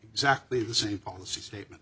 exactly the same policy statement